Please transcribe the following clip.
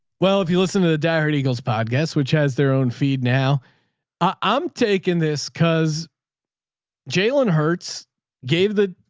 well, if you listen to the diehard eagles podcasts, which has their own feed, now i'm taking this because jalen hurts gave the,